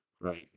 Right